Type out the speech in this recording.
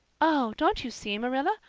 oh, don't you see, marilla?